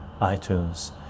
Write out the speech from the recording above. iTunes